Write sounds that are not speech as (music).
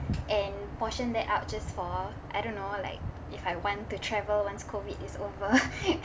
and portion that out just for I don't know like if I want to travel once COVID is over (laughs)